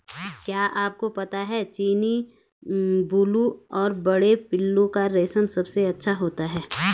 क्या आपको पता है चीनी, बूलू और बड़े पिल्लू का रेशम सबसे अच्छा होता है?